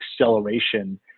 acceleration